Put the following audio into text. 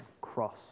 cross